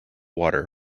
water